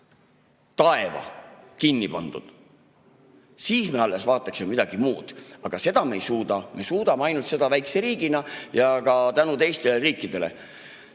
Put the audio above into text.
taeva kinni pandud. Ja siis me alles vaataksime midagi muud. Aga seda me ei suuda, me suudaksime seda väikse riigina tänu teistele riikidele.